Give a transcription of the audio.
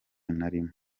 narimo